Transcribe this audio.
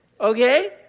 okay